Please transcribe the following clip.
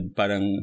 parang